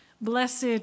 Blessed